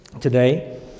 today